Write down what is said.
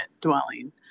dwelling